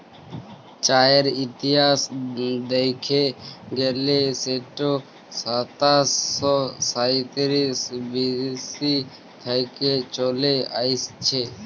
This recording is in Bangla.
চাঁয়ের ইতিহাস দ্যাইখতে গ্যালে সেট সাতাশ শ সাঁইতিরিশ বি.সি থ্যাইকে চলে আইসছে